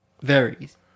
Varies